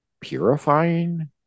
purifying